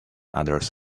others